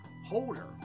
holder